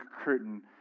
curtain